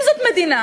אם זאת מדינה,